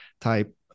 type